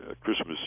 Christmas